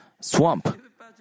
swamp